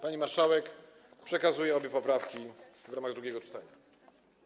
Pani marszałek, przekazuję obie poprawki w ramach drugiego czytania.